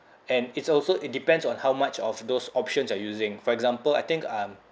and it's also it depends on how much of those options you're using for example I think um